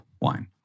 wine